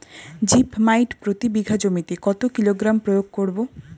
Zip মাইট প্রতি বিঘা জমিতে কত কিলোগ্রাম প্রয়োগ করব?